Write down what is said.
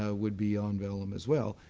ah would be on vellum as well,